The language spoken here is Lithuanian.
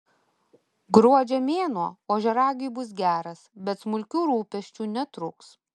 gruodžio mėnuo ožiaragiui bus geras bet smulkių rūpesčių netrūks